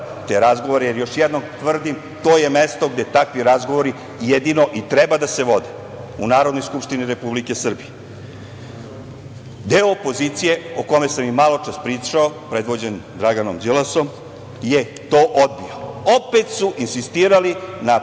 te razgovore, jer, još jednom tvrdim, to je mesto gde takvi razgovori jedino i treba da se vode, u Narodnoj skupštini Republike Srbije. Deo opozicije, o kome sam i maločas pričao, predvođen Draganom Đilasom je to odbio. Opet su insistirali na